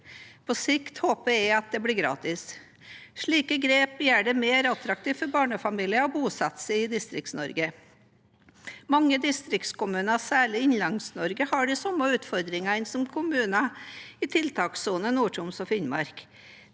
På sikt håper jeg at det blir gratis. Slike grep gjør det mer attraktivt for barnefamilier å bosette seg i Distrikts-Norge. Mange distriktskommuner, særlig i Innlands-Norge, har de samme utfordringene som kommunene i tiltakssonen i Nord-Troms og Finnmark.